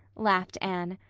laughed anne.